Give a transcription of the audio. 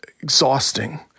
exhausting